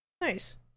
Nice